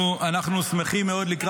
אנחנו שמחים מאוד לדבר,